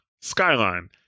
Skyline